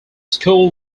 school